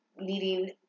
needing